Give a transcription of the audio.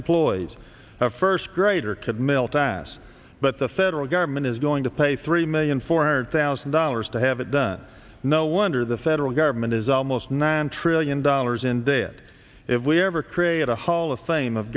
employees a first grader could mill tasks but the federal government is going to pay three million four hundred thousand dollars to have it done no wonder the federal government is almost nine trillion dollars in debt if we ever create a hall of fame of